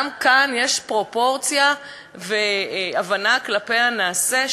גם כאן יש פרופורציה והבנה כלפי הנעשה,